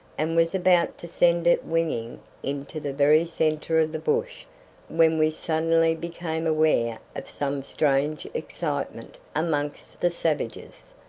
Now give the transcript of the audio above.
and was about to send it winging into the very centre of the bush when we suddenly became aware of some strange excitement amongst the savages,